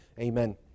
Amen